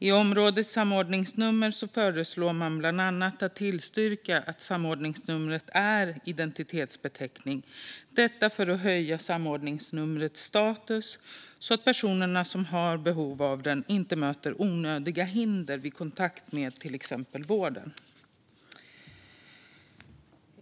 I fråga om samordningsnummer föreslår man bland annat att tillstyrka att samordningsnumret är en identitetsbeteckning, för att höja samordningsnumrets status så att personer som har behov av det inte möter onödiga hinder vid kontakt med till exempel vården.